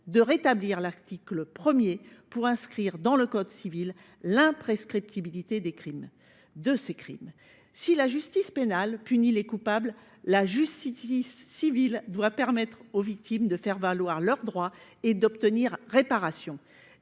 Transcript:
à rétablir l’article 1 pour inscrire dans le code civil l’imprescriptibilité de ces crimes. Si la justice pénale punit les coupables, la justice civile doit permettre aux victimes de faire valoir leurs droits et d’obtenir réparation.